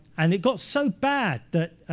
and it got so bad that